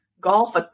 golf